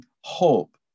hope